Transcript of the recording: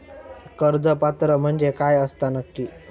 कर्ज पात्र म्हणजे काय असता नक्की?